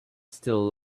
still